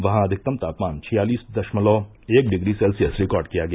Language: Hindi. वहां अधिकतम तापमान छियालिस दशमलव एक डिग्री सेल्सियस रिकार्ड किया गया